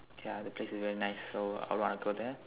ya the place is very nice so I want to go there